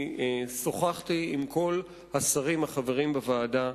עם כל השרים החברים בוועדה.